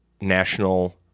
National